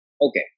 Okay